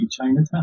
Chinatown